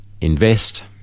invest